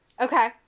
Okay